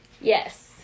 Yes